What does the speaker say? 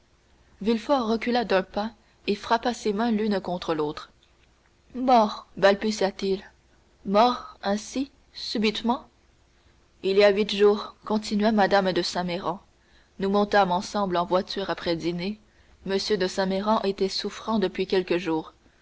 villefort recula d'un pas et frappa ses mains l'une contre l'autre mort balbutia-t-il mort ainsi subitement il y a huit jours continua mme de saint méran nous montâmes ensemble en voiture après dîner m de saint méran était souffrant depuis quelques jours